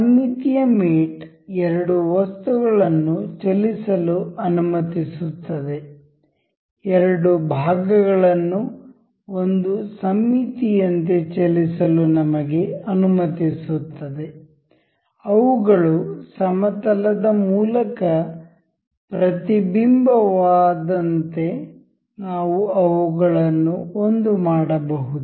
ಸಮ್ಮಿತೀಯ ಮೇಟ್ ಎರಡು ವಸ್ತುಗಳನ್ನು ಚಲಿಸಲು ಅನುಮತಿಸುತ್ತದೆ ಎರಡು ಭಾಗಗಳನ್ನು ಒಂದು ಸಮ್ಮಿತಿಯಂತೆ ಚಲಿಸಲು ನಮಗೆ ಅನುಮತಿಸುತ್ತದೆ ಅವುಗಳು ಸಮತಲದ ಮೂಲಕ ಪ್ರತಿಬಿಂಬಿತವಾದಂತೆ ನಾವು ಅವುಗಳನ್ನು ಒಂದು ಮಾಡಬಹುದು